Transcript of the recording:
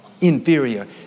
inferior